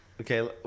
Okay